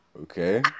Okay